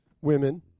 Women